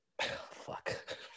Fuck